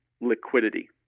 liquidity